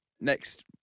next